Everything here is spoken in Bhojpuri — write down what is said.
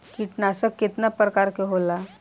कीटनाशक केतना प्रकार के होला?